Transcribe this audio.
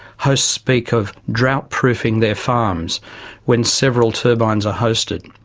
hosts speak of drought proofing their farms when several turbines are hosted.